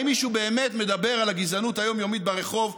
האם מישהו באמת מדבר על הגזענות היומיומית ברחוב,